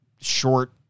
short